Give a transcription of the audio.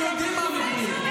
אנחנו יודעים מה המדיניות.